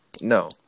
No